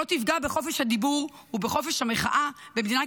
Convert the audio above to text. שלא תפגע בחופש הדיבור ובחופש המחאה במדינת